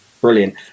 brilliant